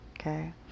okay